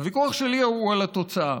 הוויכוח שלי הוא על התוצאה.